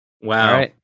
Wow